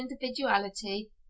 individuality